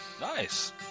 Nice